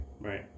Right